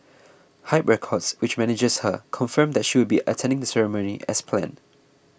Hype Records which manages her confirmed that she would be attending the ceremony as planned